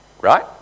right